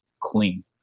clean